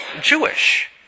Jewish